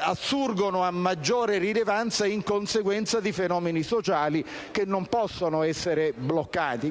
assurgono a maggiore rilevanza in conseguenza di fenomeni sociali che non possono essere bloccati.